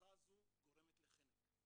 והצפצפה הזו גורמת לחנק.